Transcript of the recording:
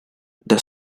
the